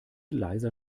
leiser